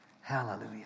Hallelujah